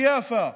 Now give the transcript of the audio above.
ביפו,